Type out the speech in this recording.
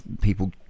people